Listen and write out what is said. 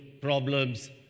problems